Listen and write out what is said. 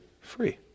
free